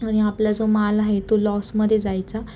आणि आपला जो मालआहे तो लॉसमध्ये जायचा